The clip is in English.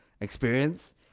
experience